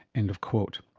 end of quote.